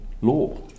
law